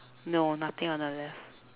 no nothing on the left